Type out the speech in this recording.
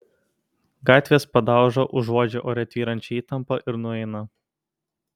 gatvės padauža užuodžia ore tvyrančią įtampą ir nueina